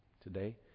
today